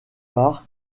part